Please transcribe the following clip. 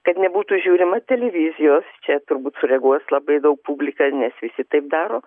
kad nebūtų žiūrima televizijos čia turbūt sureaguos labai daug publika nes visi taip daro